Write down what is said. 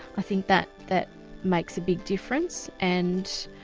i think that that makes a big difference and.